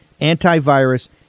antivirus